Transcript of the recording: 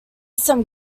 some